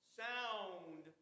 sound